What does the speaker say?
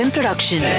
Production